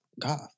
god